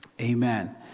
Amen